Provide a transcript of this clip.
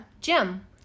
Jim